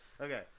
Okay